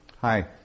Hi